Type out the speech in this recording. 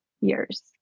years